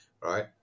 Right